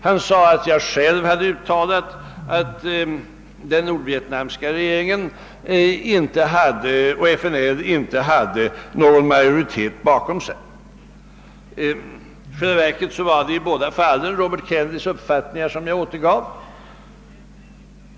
Han sade att jag själv uttalat att den nordvietnamesiska regeringen och FNL inte hade någon majoritet bakom sig. I själva verket var detta i båda fallen Robert Kennedys uppfattning som jag återgav.